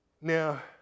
now